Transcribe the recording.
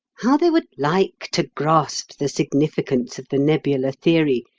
how they would like to grasp the significance of the nebular theory,